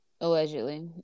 Allegedly